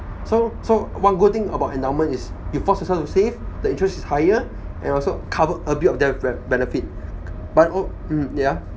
so so one good thing about endowment is you force yourself to save the interest is higher and also cover a bit of death gr~ benefit but uh yah